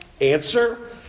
Answer